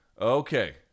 Okay